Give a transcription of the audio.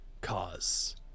cause